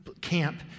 camp